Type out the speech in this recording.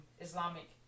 Islamic